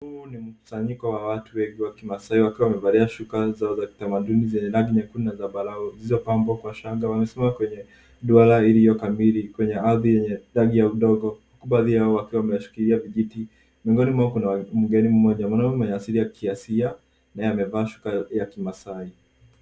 Huu ni mkusanyiko ya watu wengi wa kimaasai wakiwa wamevalia shuka zao zao za kitamaduni zenye rangi nyekundu na zambarau zilizopambwa kwa shanga. Wamesimama kwenye duara iliyo kamili kwenye ardhi yenye dangi ya udongo baadhi yao wakiwa wameshikilia vijiti. Miongoni mwao kuna mgeni mmoja mwanaume mwenye asili ya kiasilia naye amevaa shuka ya kimaasai.